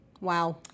Wow